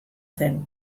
zen